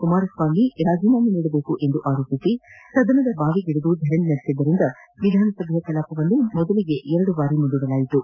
ಕುಮಾರಸ್ವಾಮಿ ತಮ್ಮ ಸ್ಥಾನಕ್ಕೆ ರಾಜೀನಾಮೆ ನೀಡಬೇಕು ಎಂದು ಆರೋಪಿಸಿ ಸದನದ ಬಾವಿಗಿಳಿದು ಧರಣಿ ನಡೆಸಿದ್ದರಿಂದ ವಿಧಾನಸಭೆಯ ಕಲಾಪವನ್ನು ಮೊದಲಿಗೆ ಎರಡು ಬಾರಿ ಮುಂದೂಡಲಾಯಿತು